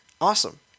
Awesome